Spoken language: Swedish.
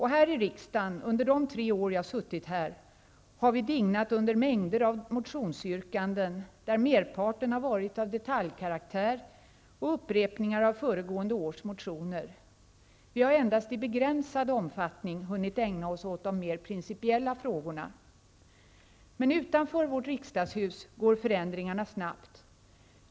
Här i riksdagen, under de tre år jag suttit här, har vi dignat under mängder av motionsyrkanden där merparten har varit av detaljkaraktär och upprepningar av föregående års motioner. Vi har endast i begränsad omfattning hunnit ägna oss åt de mer principiella frågorna. Men utanför vårt riksdagshus går förändringarna snabbt.